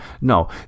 No